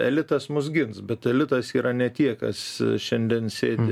elitas mus gins bet elitas yra ne tie kas šiandien sėdi